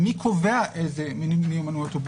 מי קובע איזה מיומנויות הוא בודק?